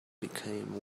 became